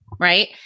Right